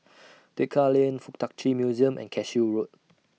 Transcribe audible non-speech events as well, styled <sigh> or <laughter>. <noise> Tekka Lane Fuk Tak Chi Museum and Cashew Road